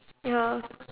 ya